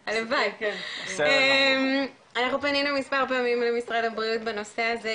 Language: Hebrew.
אנחנו פנינו מספר פעמים למשרד הבריאות בנושא הזה,